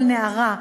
כל נערה,